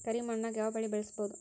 ಕರಿ ಮಣ್ಣಾಗ್ ಯಾವ್ ಬೆಳಿ ಬೆಳ್ಸಬೋದು?